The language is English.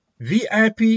VIP